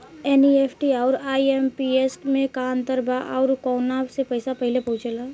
NEFT आउर IMPS मे का अंतर बा और आउर कौना से पैसा पहिले पहुंचेला?